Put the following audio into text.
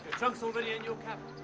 trunk's already in your cabin.